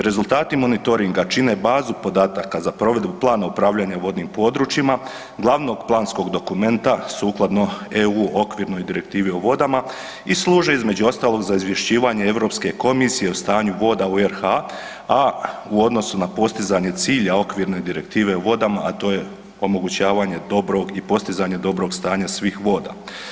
Rezultati monitoringa čine bazu podataka za provedbu plana upravljanja vodnim područjima glavnog planskog dokumenta sukladno EU Okvirnoj direktivi o vodama i služe između ostalog za izvješćivanje Europske komisije o stanju voda u RH, a u odnosu na postizanje cilja Okvirne direktive o vodama, a to je omogućavanje dobrog i postizanje dobrog stanja svih voda.